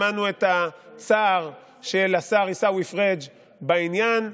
שמענו את הצער של השר עיסאווי פריג' בעניין,